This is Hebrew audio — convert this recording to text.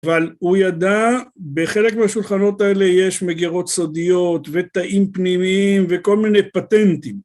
אבל הוא ידע בחלק מהשולחנות האלה יש מגירות סודיות ותאים פנימיים וכל מיני פטנטים.